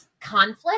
conflict